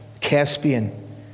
Caspian